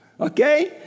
Okay